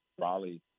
Raleigh